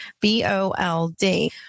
B-O-L-D